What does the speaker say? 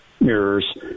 mirrors